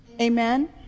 Amen